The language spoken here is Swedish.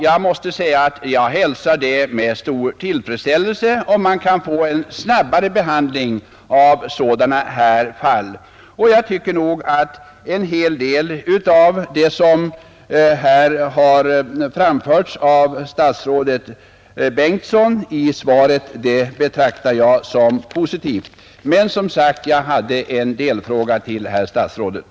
Jag måste säga att jag hälsar det med stor tillfredsställelse om man kan få en snabbare behandling av sådana här fall, och en hel del av vad statsrådet Bengtsson framfört i svaret betraktar jag som positivt. Men som sagt: jag hade en delfråga till herr statsrådet.